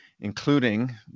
including